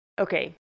Okay